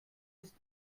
ist